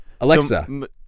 Alexa